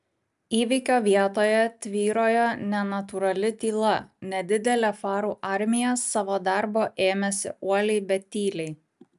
įvykio vietoje tvyrojo nenatūrali tyla nedidelė farų armija savo darbo ėmėsi uoliai bet tyliai